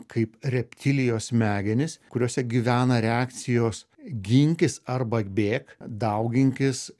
kaip reptilijos smegenys kuriose gyvena reakcijos ginkis arba bėk dauginkis